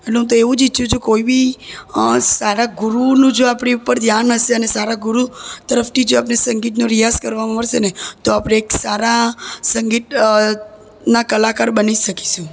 અને હું તો એવું જ ઇચ્છું છું કોઈ બી સારા ગુરુનું જ આપણી ઉપર ધ્યાન હશે ને અને સારા ગુરુ તરફથી જ આપણને સંગીતનો રિયાઝ કરવા મળસે ને તો આપણે એક સારા સંગીત ના કલાકાર બની શકીશું